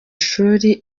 shuri